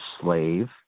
slave